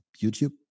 YouTube